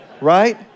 Right